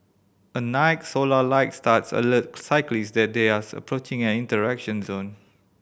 at night solar light studs alert cyclists that they are approaching an interaction zone